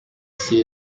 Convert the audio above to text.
see